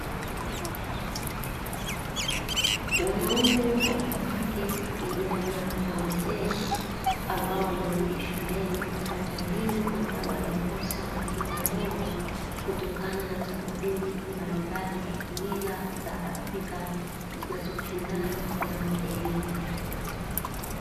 Wanaume kwa wanawake, vijana na wazee ambao wamerudi shuleni kupata elimu waliyokuwa waliikosa wakiwa wadogo kutokana na tamaduni mbalimbali za kimila za kiafrika zinazopingana na elimu.